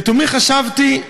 לתומי חשבתי: